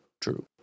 true